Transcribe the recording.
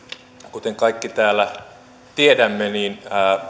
kuten kaikki täällä tiedämme niin